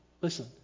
listen